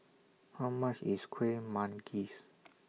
How much IS Kueh Manggis